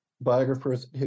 biographers